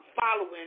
following